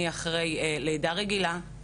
אני אחרי לידה רגילה,